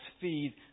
feed